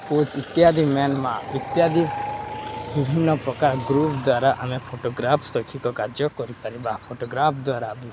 କୋଜ ଇତ୍ୟାଦି ମେନ୍ ମା ଇତ୍ୟାଦି ବିଭିନ୍ନ ପ୍ରକାର ଗ୍ରୁପ୍ ଦ୍ୱାରା ଆମେ ଫଟୋଗ୍ରାଫ ଶିକ୍ଷିକ କାର୍ଯ୍ୟ କରିପାରିବା ଫଟୋଗ୍ରାଫ ଦ୍ୱାରା